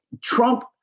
Trump